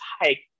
hike